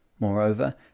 Moreover